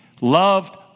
loved